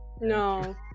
No